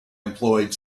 employed